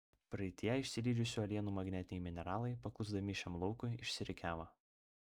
praeityje išsilydžiusių uolienų magnetiniai mineralai paklusdami šiam laukui išsirikiavo